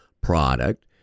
product